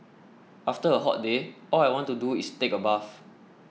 after a hot day all I want to do is take a bath